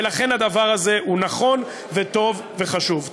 ולכן הדבר הזה הוא נכון וטוב וחשוב.